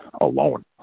alone